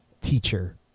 teacher